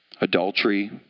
Adultery